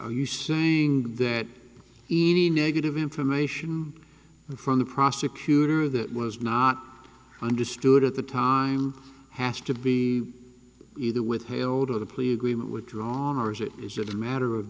are you saying that e d negative information from the prosecutor that was not understood at the time has to be either withheld of the plea agreement withdrawn or is it is that the matter of